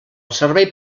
servei